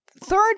third